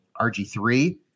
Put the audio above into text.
RG3